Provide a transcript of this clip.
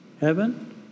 heaven